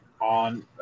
on